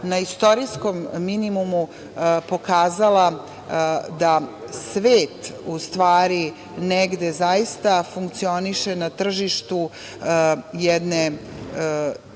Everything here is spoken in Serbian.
na istorijskom minimumu pokazala da svet u stvari negde zaista funkcioniše na tržištu jedne